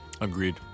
Agreed